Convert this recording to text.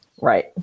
Right